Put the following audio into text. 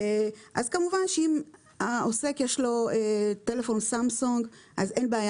אז כמובן שאם לעוסק יש טלפון סמסונג אז אין בעיה